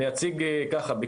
בוא תסביר לנו,